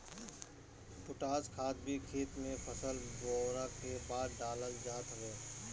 potash खाद भी खेत में फसल बोअला के बाद डालल जात हवे